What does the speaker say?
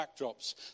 backdrops